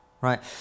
right